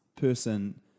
person